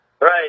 Right